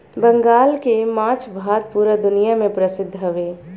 बंगाल के माछ भात पूरा दुनिया में परसिद्ध हवे